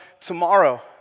tomorrow